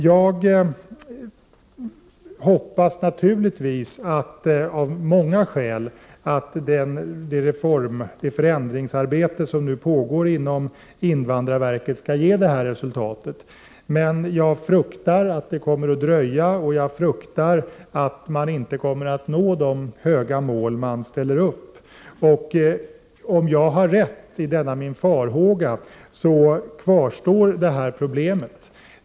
Jag hoppas naturligtvis, av många skäl, att det förändringsarbete som nu pågår inom invandrarverket skall ge detta resultat, men jag fruktar att det kommer att dröja. Jag fruktar också att man inte kommer att nå de höga mål som man ställer upp. Om jag har rätt i denna min farhåga, kvarstår detta problem.